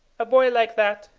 a boy like that,